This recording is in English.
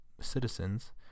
citizens